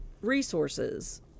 resources